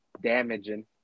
damaging